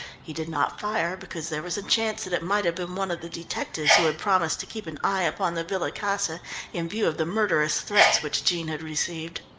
he did not fire because there was a chance that it might have been one of the detectives who had promised to keep an eye upon the villa casa in view of the murderous threats which jean had received.